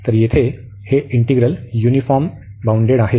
तर येथे हे इंटिग्रल युनिफॉर्मने बाउंडेड आहेत